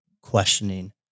questioning